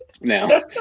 now